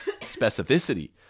specificity